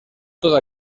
todo